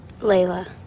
Layla